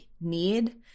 need